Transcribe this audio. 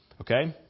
Okay